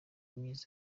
myiza